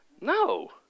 No